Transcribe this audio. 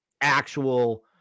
actual –